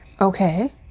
Okay